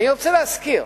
אני קודם כול אומר,